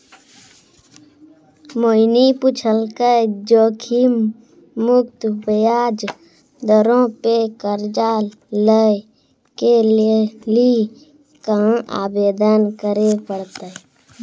मोहिनी पुछलकै जोखिम मुक्त ब्याज दरो पे कर्जा लै के लेली कहाँ आवेदन करे पड़तै?